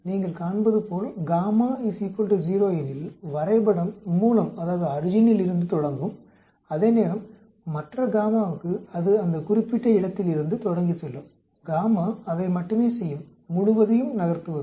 நீங்கள் காண்பதுபோல் எனில் வரைபடம் மூலத்திலிருந்து தொடங்கும் அதேநேரம் மற்ற க்கு அது அந்த குறிப்பிட்ட இடத்திலிருந்து தொடங்கி செல்லும் அதை மட்டுமே செய்யும் முழுவதையும் நகர்த்துவது